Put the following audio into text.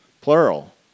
plural